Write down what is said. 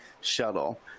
Shuttle